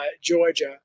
Georgia